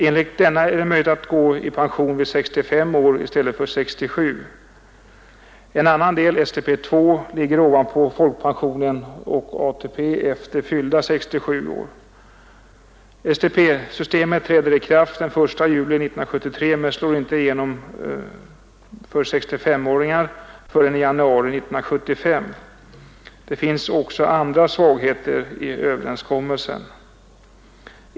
Enligt denna är det möjligt att gå i pension vid 65 år i stället för 67 år. En annan del, STP 2, ligger ovanpå folkpensionen och ATP efter det att man fyllt 67 år. STP-systemet träder i kraft den 1 juli 1973 men slår inte igenom för 65-åringar förrän i januari 1975. Det finns också andra svagheter i överenskommelsen.